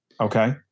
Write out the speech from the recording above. okay